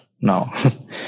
No